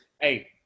hey